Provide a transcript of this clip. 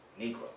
Negro